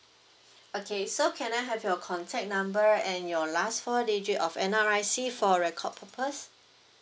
okay so can I have your contact number and your last four digit of N_R_I_C for record purpose